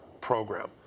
program